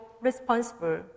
responsible